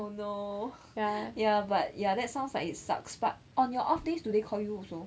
oh no ya but ya that sounds like it sucks but on your off days do they call you also